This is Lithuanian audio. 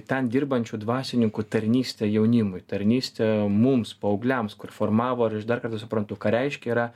ten dirbančių dvasininkų tarnystė jaunimui tarnystė mums paaugliams kur formavo ir aš dar kartą suprantu ką reiškia yra